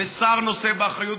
ושר נושא באחריות,